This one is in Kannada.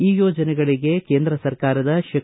ಈ ಯೋಜನೆಗಳಿಗೆ ಕೇಂದ್ರ ಸರ್ಕಾರದ ಶೇ